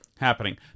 happening